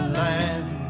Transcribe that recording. land